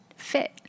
fit